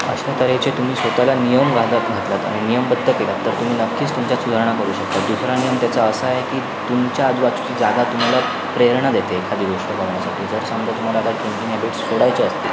अशा तऱ्हेचे तुम्ही स्वतःला नियम घालत घातलात आणि नियमबद्ध केलात तर तुम्ही नक्कीच तुमच्यात सुधारणा करू शकता दुसरा नियम त्याचा असा आहे की तुमच्या आजूबाजूची जागा तुम्हाला प्रेरणा देते एखादी गोष्ट करण्यासाठी जर समजा तुम्हाला आता ड्रिंकिंग हॅबिट्स सोडायच्या असतील